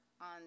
on